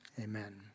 amen